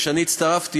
כשאני הצטרפתי,